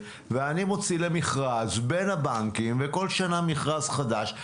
ומוציא כל שנה מכרז חדש בין הבנקים וכל שנה מכרז חדש,